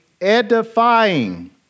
edifying